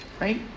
Right